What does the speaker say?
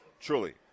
truly